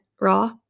raw